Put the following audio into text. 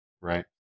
right